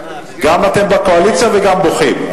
אתם גם בקואליציה וגם בוכים,